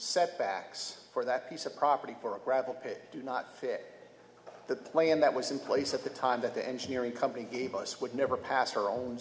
setbacks for that piece of property for a gravel pit do not fit that plane that was in place at the time that the engineering company gave us would never pass her own